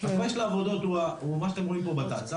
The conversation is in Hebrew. התוואי של העבודות הוא מה שאתם רואים פה בתצ"א,